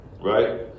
right